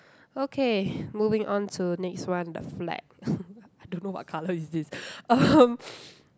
okay moving on to next one the flag I don't know what colour is this um